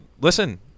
Listen